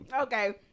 Okay